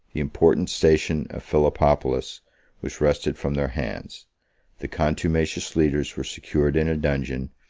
important station of philippopolis was wrested from their hands the contumacious leaders were secured in a dungeon,